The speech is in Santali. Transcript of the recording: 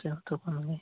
ᱪᱮᱫ ᱟᱹᱛᱩ ᱠᱟᱱ ᱜᱮ